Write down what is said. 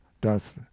doth